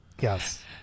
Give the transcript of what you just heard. Yes